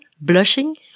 Blushing